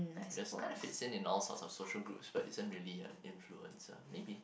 you just kind of fits in all sorts of social groups but isn't really a influencer maybe